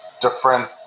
different